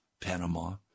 Panama